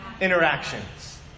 interactions